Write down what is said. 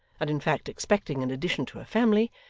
and in fact expecting an addition to her family,